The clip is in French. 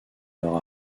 leur